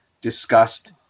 discussed